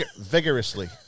Vigorously